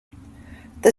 the